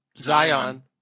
Zion